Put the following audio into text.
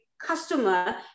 customer